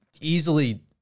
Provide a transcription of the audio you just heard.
easily